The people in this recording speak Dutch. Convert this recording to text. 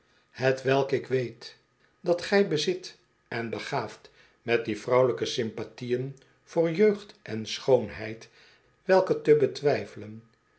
welk ik weet dat gij bezit en begaafd met die vrouwelijke sympathieën voor jeugd en schoonheid welke te betwijfelen